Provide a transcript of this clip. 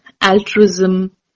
altruism